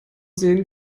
sehen